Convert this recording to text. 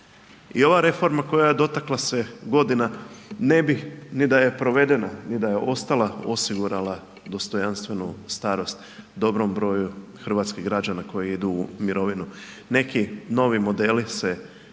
I ova reforma koja je dotakla se godina ne bi ni da je provedena, ni da je ostala osigurala dostojanstvenu starost dobrom broju hrvatskih građana koji idu u mirovinu, neki novi modeli se moraju